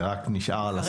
זה רק נשאר על השרטוט.